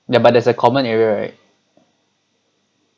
ya but there's a common area right